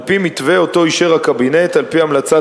על-פי מתווה שאותו אישר הקבינט על-פי המלצת